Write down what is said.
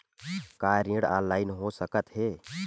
का ऋण ऑनलाइन हो सकत हे?